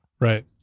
right